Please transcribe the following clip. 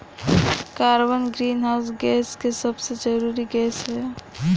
carbon greenhouse gas के सबसे जरूरी गैस ह